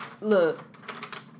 look